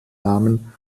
namen